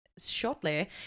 Shortly